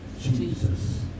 Jesus